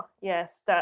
yes